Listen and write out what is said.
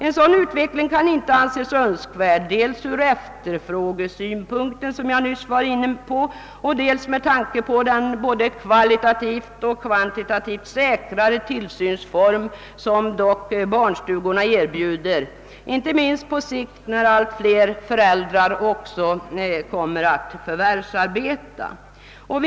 En sådan utveckling kan inte anses önskvärd, dels ur efterfrågesynpunkt, dels med tanke på den både kvantitativt och kvalitativt bättre tillsynsform som barnstugorna erbjuder, inte minst på litet sikt när allt fler föräldrar blir förvärvsarbetande.